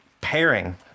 pairing